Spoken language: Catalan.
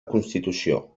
constitució